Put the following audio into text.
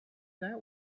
that